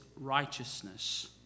righteousness